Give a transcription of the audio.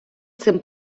цим